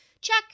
check